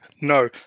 no